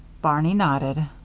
barney nodded.